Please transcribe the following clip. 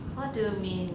what do you mean